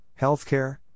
healthcare